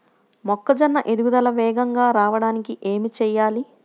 మొక్కజోన్న ఎదుగుదల వేగంగా రావడానికి ఏమి చెయ్యాలి?